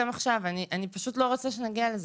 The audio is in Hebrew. גם עכשיו אני פשוט לא רוצה שנגיע לזה.